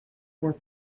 were